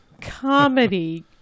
Comedy